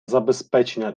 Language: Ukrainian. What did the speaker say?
забезпечення